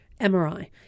MRI